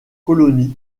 colonies